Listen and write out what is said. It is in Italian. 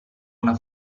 una